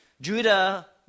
Judah